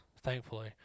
thankfully